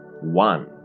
one